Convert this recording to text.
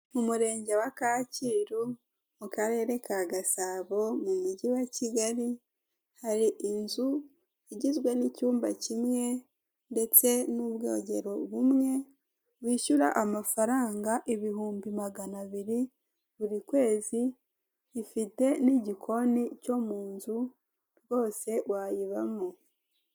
Amatora akorerwa mu Rwanda hagamijwe gushaka abayobozi mu nzego zitandukanye akorwa mu mucyo, aho abayitabiriye batorera ahantu habugenewe kandi bagashyira amajwi yabo ahantu hamwe akabarwa ku mugaragaro.